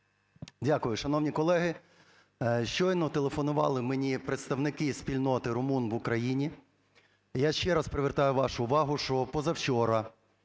Дякую. Шановні колеги, щойно телефонували мені представники спільноти румун в Україні. Я ще раз привертаю вашу увагу, що позавчора